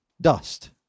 dust